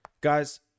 Guys